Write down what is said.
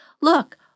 look